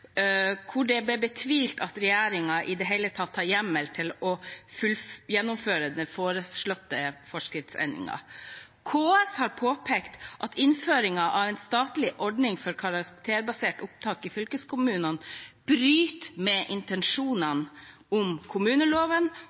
hvor man tvilte på om regjeringen i det hele tatt har hjemmel for å gjennomføre den foreslåtte forskriftsendringen. KS påpekte at innføringen av en statlig ordning for karakterbasert opptak i fylkeskommunene bryter med intensjonene i både kommuneloven,